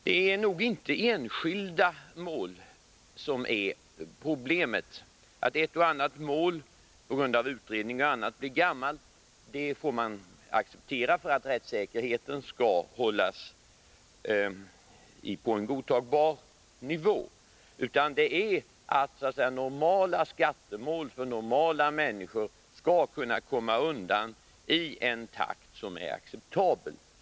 Det är nog inte enskilda mål som är problemet. Att ett och annat mål på grund av utredningar och annat blir gammalt får man acceptera för att rättssäkerheten skall kunna hållas på en godtagbar nivå. Men vi måste sträva efter att så att säga normala skattemål för normala människor skall kunna komma undan i en takt som är acceptabel.